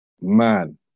man